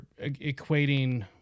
equating